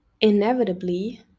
inevitably